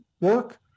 work